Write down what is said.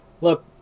look